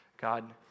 God